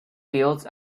fields